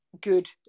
good